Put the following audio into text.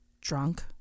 drunk